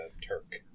Turk